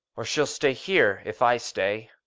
or she'll stay here, if i stay.